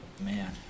man